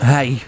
Hey